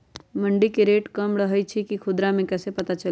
मंडी मे रेट कम रही छई कि खुदरा मे कैसे पता चली?